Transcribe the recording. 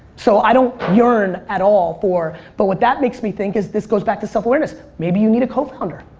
so i don't yearn at all for. but what that makes me think is this goes back to self-awareness. maybe you need a cofounder.